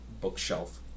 bookshelf